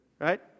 right